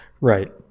Right